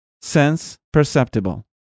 sense-perceptible